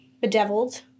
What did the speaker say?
Bedeviled